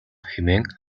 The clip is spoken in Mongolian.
хэмээн